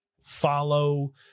follow